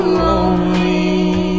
lonely